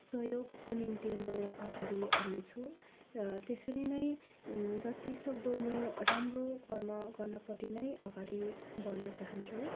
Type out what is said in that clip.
सहयोगको निम्ति म अगाडि आउनेछु र त्यसरी नै जतिसक्दो म राम्रो कर्म गर्नपट्टि नै अगाडि बढ्न चाहन्छु